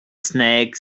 snake